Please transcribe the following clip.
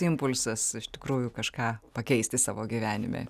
impulsas iš tikrųjų kažką pakeisti savo gyvenime